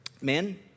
men